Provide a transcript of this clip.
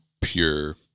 pure